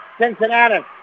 Cincinnati